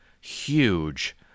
huge